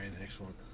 Excellent